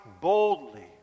boldly